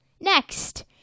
Next